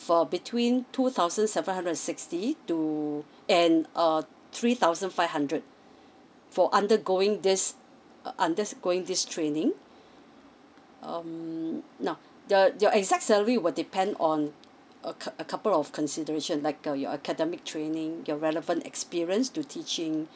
for between two thousand seven hundred and sixty to and err three thousand five hundred for undergoing this under going this training um now the your exact salary will depend on a coup~ couple of consideration like your academic training your relevant experience to teaching